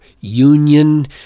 union